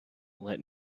let